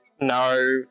No